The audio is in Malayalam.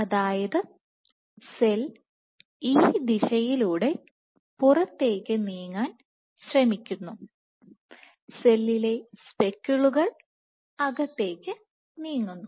അതായത് സെൽ ഈ ദിശയിലൂടെ പുറത്തേക്ക് നീങ്ങാൻ ശ്രമിക്കുന്നു സെല്ലിലെ സ്പെക്കിളുകൾ അകത്തേക്ക് നീങ്ങുന്നു